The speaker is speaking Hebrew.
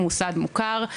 הוא מוסד מוכר,